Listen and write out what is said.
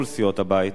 מכל סיעות הבית,